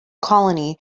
colony